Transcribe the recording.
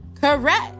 Correct